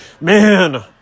Man